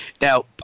now